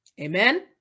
amen